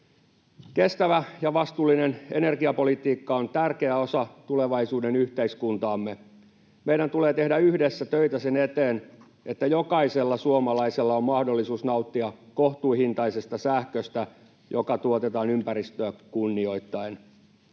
Kestävä ja vastuullinen energiapolitiikka on tärkeä osa tulevaisuuden yhteiskuntaamme. Meidän tulee tehdä yhdessä töitä sen eteen, että jokaisella suomalaisella on mahdollisuus nauttia kohtuuhintaisesta sähköstä, joka tuotetaan ympäristöä kunnioittaen.